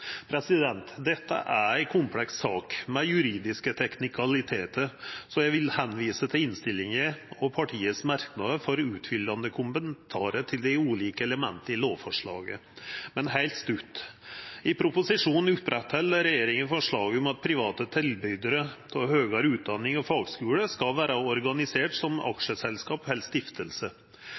Dette er ei kompleks sak, med juridiske teknikalitetar, så eg vil visa til innstillinga og merknadene frå partiet for utfyllande kommentarar til dei ulike elementa i lovforslaget. Heilt stutt: I proposisjonen opprettheld regjeringa forslaget om at private tilbydarar av høgare utdanning og fagskular skal vera organiserte som aksjeselskap eller